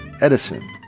Edison